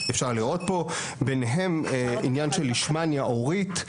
שאפשר לראות פה, ביניהם עניין של לישמניה עורית.